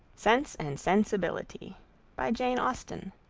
sense and sensibility by jane austen